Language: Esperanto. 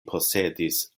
posedis